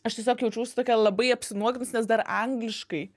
aš tiesiog jaučiaus tokia labai apsinuoginus nes dar angliškai